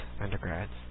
Undergrads